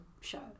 show